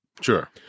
Sure